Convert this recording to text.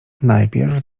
najpierw